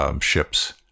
ships